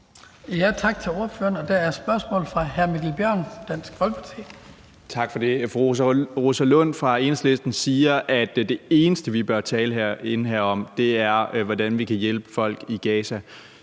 Tak til ordføreren. Der er et spørgsmål fra hr. Mikkel Bjørn, Dansk Folkeparti. Kl. 18:09 Mikkel Bjørn (DF): Tak for det. Fru Rosa Lund fra Enhedslisten siger, at det eneste, vi bør tale om herinde, er, hvordan vi kan hjælpe folk i Gaza.